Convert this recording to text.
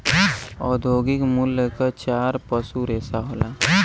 औद्योगिक मूल्य क चार पसू रेसा होला